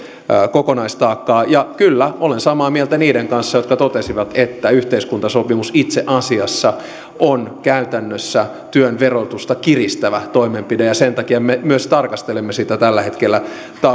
kokonaistaakkaa ja kyllä olen samaa mieltä niiden kanssa jotka totesivat että yhteiskuntasopimus itse asiassa on käytännössä työn verotusta kiristävä toimenpide sen takia me myös tarkastelemme sitä tällä hetkellä